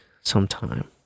sometime